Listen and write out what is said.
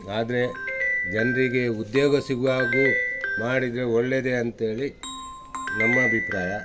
ಆದರೆ ಜನರಿಗೆ ಉದ್ಯೋಗ ಸಿಗುವಾಗೂ ಮಾಡಿದರೆ ಒಳ್ಳೆಯದೇ ಅಂತೇಳಿ ನಮ್ಮ ಅಭಿಪ್ರಾಯ